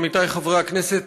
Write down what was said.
עמיתיי חברי הכנסת,